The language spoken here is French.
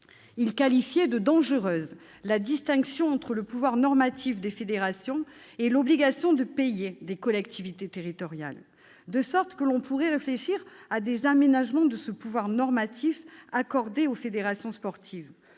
Ils qualifiaient de « dangereuse » la distinction entre le pouvoir normatif des fédérations et l'obligation de payer des collectivités territoriales. Il pourrait donc être légitime de réfléchir à des aménagements de ce pouvoir normatif accordé aux fédérations sportives,